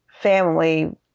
family